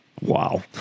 wow